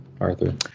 Arthur